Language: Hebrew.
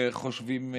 חושבים כך.